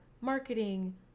marketing